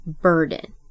burden